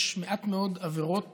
יש מעט מאוד עבירות